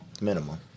Minimum